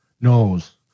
knows